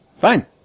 Fine